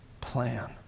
plan